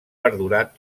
perdurat